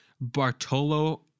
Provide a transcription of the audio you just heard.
Bartolo